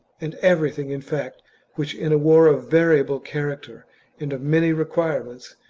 and everything in fact which in a war of variable character and of many requirements,